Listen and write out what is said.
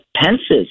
Pence's